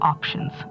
Options